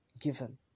given